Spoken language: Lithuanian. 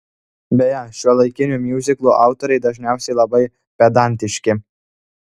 beje šiuolaikinių miuziklų autoriai dažniausiai labai pedantiški